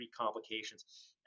complications